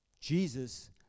Jesus